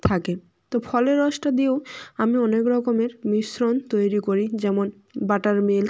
থাকে তো ফলের রসটা দিয়েও আমি অনেক রকমের মিশ্রণ তৈরি করি যেমন বাটার মিল্ক